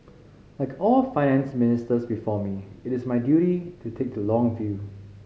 like all Finance Ministers before me it is my duty to take the long view